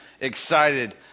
excited